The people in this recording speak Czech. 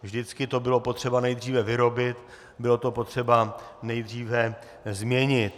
Vždycky to bylo potřeba nejdříve vyrobit, bylo to potřeba nejdříve změnit.